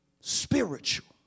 Spiritual